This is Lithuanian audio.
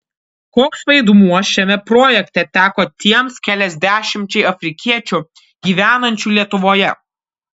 koks vaidmuo šiame projekte teko tiems keliasdešimčiai afrikiečių gyvenančių lietuvoje